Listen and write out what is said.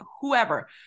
whoever